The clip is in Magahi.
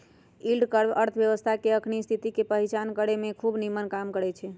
यील्ड कर्व अर्थव्यवस्था के अखनी स्थिति के पहीचान करेमें खूब निम्मन काम करै छै